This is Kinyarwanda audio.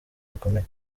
bikomeye